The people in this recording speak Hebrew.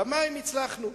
במים הצלחנו.